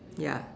ya